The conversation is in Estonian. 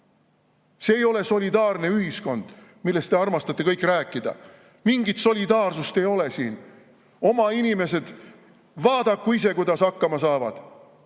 See ei ole solidaarne ühiskond, millest te armastate rääkida, mingit solidaarsust ei ole siin. Oma inimesed vaadaku ise, kuidas hakkama saavad,